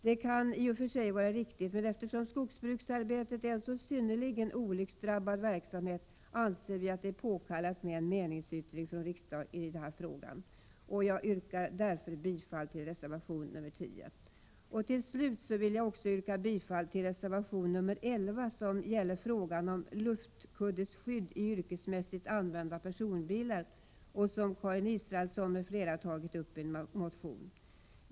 Det kan i och för sig vara riktigt, men eftersom skogsbruksarbetet är en så synnerligen olycksdrabbad verksamhet, anser vi att det är påkallat med en meningsyttring från riksdagen i frågan. Jag yrkar därför bifall till reservation 10. Till sist vill jag yrka bifall också till reservation nr 11, som gäller frågan om luftkuddeskydd i yrkesmässigt använda personbilar, vilken Karin Israelsson m.fl. tagit upp i en motion.